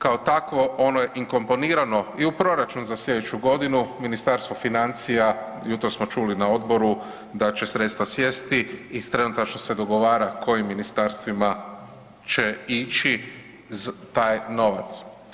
Kao takvo ono je inkorporirano i u proračun za sljedeću godinu Ministarstvo financija, jutros smo čuli na odboru da će sredstva sjesti i trenutačno se dogovara kojim ministarstvima će ići taj novac.